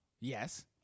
Yes